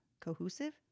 cohesive